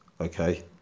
okay